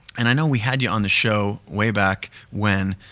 and i know we had ya on the show way back when,